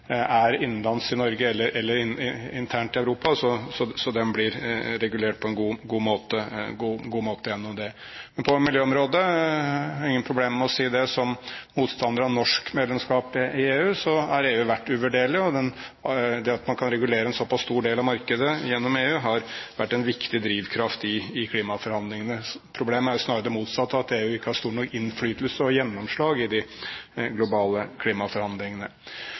innenlands i Norge eller internt i Europa, så den blir regulert på en god måte gjennom det. Men på miljøområdet – jeg har ingen problemer med å si det som motstander av norsk medlemskap i EU – har EU vært uvurderlig. Det at man kan regulere en såpass stor del av markedet gjennom EU, har vært en viktig drivkraft i klimaforhandlingene. Problemet er jo snarere det motsatte – at EU ikke har stor nok innflytelse og gjennomslag i de globale klimaforhandlingene.